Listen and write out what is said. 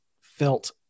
felt